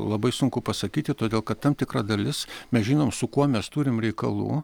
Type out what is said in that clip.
labai sunku pasakyti todėl kad tam tikra dalis mes žinom su kuo mes turim reikalų